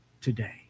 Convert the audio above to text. today